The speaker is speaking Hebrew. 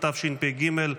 התשפ"ד 2024,